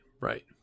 right